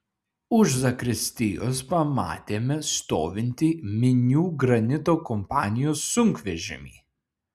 už zakristijos pamatėme stovintį minių granito kompanijos sunkvežimį